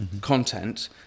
content